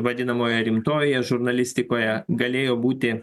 vadinamoje rimtojoje žurnalistikoje galėjo būti